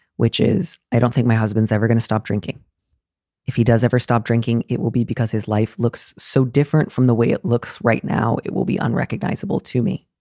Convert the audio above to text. which is i don't think my husband's ever gonna stop drinking if he does ever stop drinking. it will be because his life looks so different from the way it looks right now. it will be unrecognizable to me.